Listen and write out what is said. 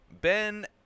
Ben